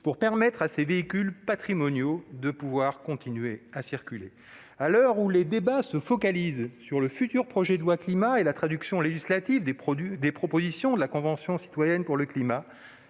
veut permettre à ces véhicules patrimoniaux de continuer à circuler ? À l'heure où les débats se concentrent sur le projet de loi Climat et résilience et la traduction législative des propositions de la Convention citoyenne pour le climat,